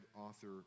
author